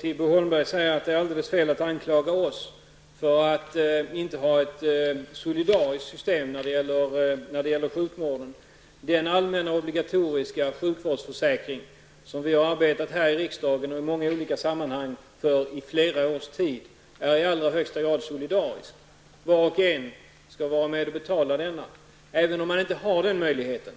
Till Bo Holmberg vill jag säga att det är alldeles fel att anklaga oss för att inte vilja ha ett solidariskt system när det gäller sjukvården. Den allmänna, obligatoriska sjukförsäkring som vi moderater i riksdagen och i många andra sammanhang har arbetat för under flera års tid är i allra högsta grad solidarisk. Var och en skall vara med och betala denna sjukförsäkring.